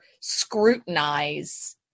scrutinize